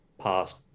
past